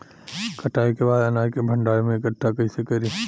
कटाई के बाद अनाज के भंडारण में इकठ्ठा कइसे करी?